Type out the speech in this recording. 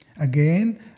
Again